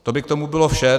To by k tomu bylo vše.